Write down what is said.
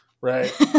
right